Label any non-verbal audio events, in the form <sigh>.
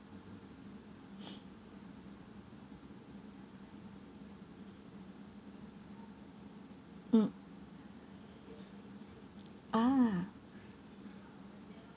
<breath> mm a'ah